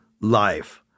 life